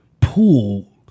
pool